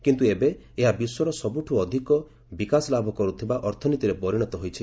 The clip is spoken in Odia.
କିନ୍ତୁ ଏବେ ଏହା ବିଶ୍ୱର ସବୁଠୁ ଅଧିକ ବିକାଶ ଲାଭ କରୁଥିବା ଅର୍ଥନୀତିରେ ପରିଣତ ହୋଇଛି